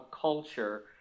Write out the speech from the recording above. culture